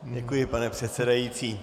Děkuji, pane předsedající.